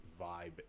vibe